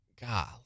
God